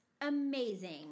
amazing